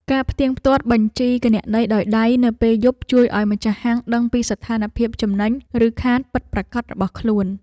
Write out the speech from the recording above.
ការផ្ទៀងផ្ទាត់បញ្ជីគណនេយ្យដោយដៃនៅពេលយប់ជួយឱ្យម្ចាស់ហាងដឹងពីស្ថានភាពចំណេញ ឬខាតពិតប្រាកដរបស់ខ្លួន។